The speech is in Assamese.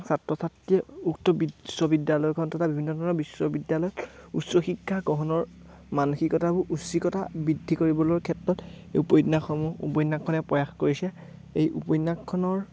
ছাত্ৰ ছাত্ৰীয়ে উক্ত বিশ্ববিদ্যালয়খন তথা বিভিন্ন ধৰণৰ বিশ্ববিদ্যালয়ত উচ্চ শিক্ষা গ্ৰহণৰ মানসিকতাবোৰ উচ্চিকতা বৃদ্ধি কৰিবলৈ ক্ষেত্ৰত এই উপন্যাসসমূহ উপন্যাসখনে প্ৰয়াস কৰিছে এই উপন্যাসখনৰ